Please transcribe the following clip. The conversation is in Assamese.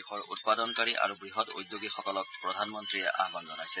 দেশৰ উৎপাদনকাৰী আৰু বৃহৎ উদ্যোগীসকলক প্ৰধানমন্ত্ৰীয়ে আহান জনাইছে